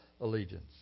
allegiance